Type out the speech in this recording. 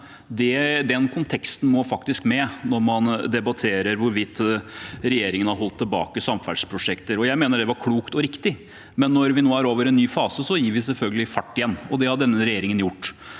Den konteksten må faktisk med når man debatterer hvorvidt regjeringen har holdt tilbake samferdselsprosjekter. Jeg mener det var klokt og riktig, men når vi nå er over i en ny fase, setter vi selvfølgelig fart igjen, og det har denne regjeringen gjort.